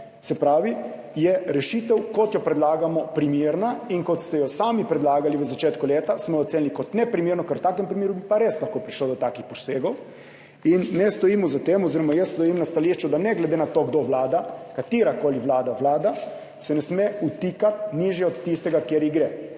postopka, je rešitev, kot jo predlagamo, primerna. Ko ste jo sami predlagali v začetku leta, smo jo ocenili kot neprimerno, ker v tem primeru bi pa res lahko prišlo do takih posegov in ne stojimo za tem oziroma jaz imam stališče, da se, ne glede na to, kdo vlada, katerakoli vlada je, ne sme vtikati nižje od tistega, kar ji gre,